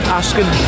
asking